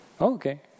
Okay